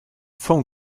phone